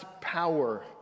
power